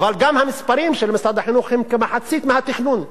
אבל גם המספרים של משרד החינוך הם כמחצית מהמתוכנן.